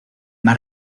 más